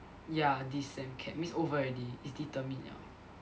ya this sem CAP means over already is determined liao